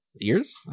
ears